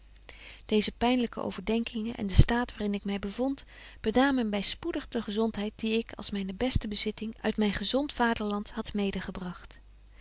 deeze pynelyke overdenkingen en de staat waar in ik my bevond benamen my spoedig die gezontheid die ik als myne beste bezitting uit myn gezont vaderland had